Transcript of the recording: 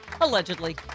allegedly